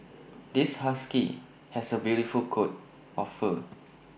this husky has A beautiful coat of fur